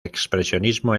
expresionismo